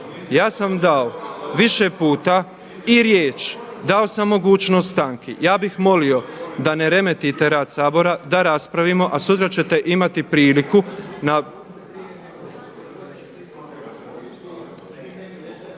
Ja sam dao više puta i riječ, dao sam mogućnost stanki, ja bih molio da ne remetite rad Sabora da raspravimo, a sutra ćete imati priliku.